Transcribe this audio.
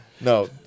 No